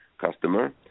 customer